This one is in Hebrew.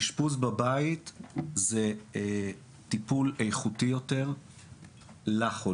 אשפוז בבית זה טיפול איכותי יותר לחולה,